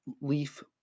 leaf